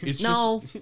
no